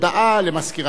תודה.